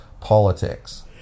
politics